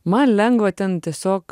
man lengva ten tiesiog